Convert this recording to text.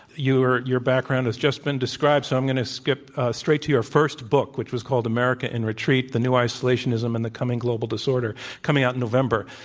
you're your background has just been described, so i'm going to skip straight to your first book, which was called america in retreat the new isolationism and the coming global disorder coming out in november.